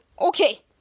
okay